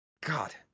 God